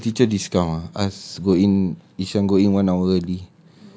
cannot ask the teacher discount ah ask go in ishan go in one hour early